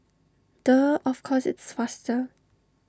duh of course it's faster